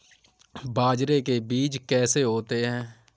बाजरे के बीज कैसे होते हैं?